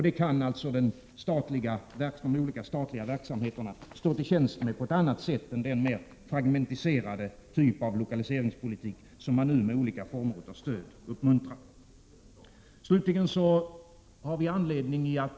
Detta kan alltså de olika statliga verksamheterna medverka till på ett annat sätt än den mer fragmentiserade lokaliseringspolitik som man nu uppmuntrar med olika former av stöd. Slutligen till det fjärde skälet.